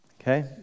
Okay